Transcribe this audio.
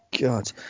god